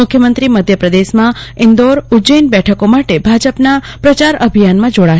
મુખ્યમંત્રી મધ્યપ્રદેશમાં ઇન્દોર ઉજૈન બેઠકો માટે ભાજપના પ્રચાર અભિયાનમાં જોડાવાના છે